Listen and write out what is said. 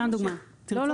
סתם דוגמא --- לא,